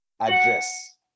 address